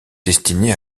destinés